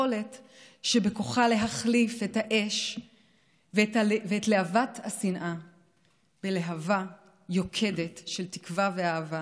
יכולת שבכוחה להחליף את האש ואת להבת השנאה ללהבה יוקדת של תקווה ואהבה,